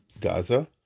Gaza